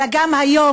אלא גם היום,